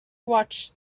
watched